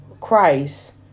Christ